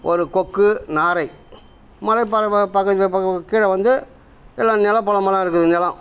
ஒரு கொக்கு நாரை மலை வ பக்கத்தில் பக்கம் கீழே வந்து எல்லாம் நில புலமெல்லாம் இருக்குது நிலம்